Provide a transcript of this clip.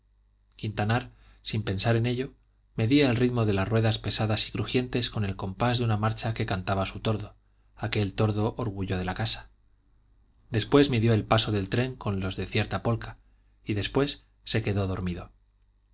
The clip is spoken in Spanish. quintanar sin pensar en ello medía el ritmo de las ruedas pesadas y crujientes con el compás de una marcha que cantaba su tordo aquel tordo orgullo de la casa después midió el paso del tren con los de cierta polka y después se quedó dormido